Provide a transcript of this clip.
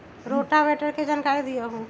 Rotavator के जानकारी दिआउ?